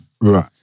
Right